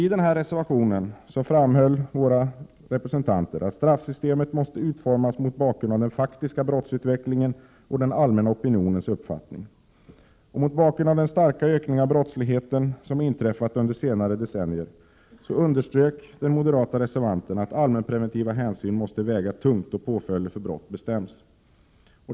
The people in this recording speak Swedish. I den nämnda reservationen framhöll våra representanter att straffsystemet måste utformas mot bakgrund av den faktiska brottsutvecklingen och den allmänna opinionens uppfattning. Mot bakgrund av den starka ökning av brottsligheten som inträffat under senare decennier underströk den moderata reservanten att allmänpreventiva hänsyn måste väga tungt då påföljder för brott bestäms.